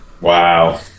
Wow